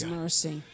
mercy